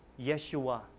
Yeshua